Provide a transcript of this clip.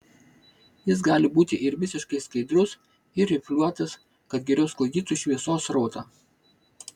jis gali būti ir visiškai skaidrus ir rifliuotas kad geriau sklaidytų šviesos srautą